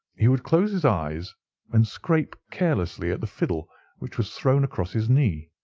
he would close his eyes and scrape carelessly at the fiddle which was thrown across his knee.